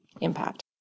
impact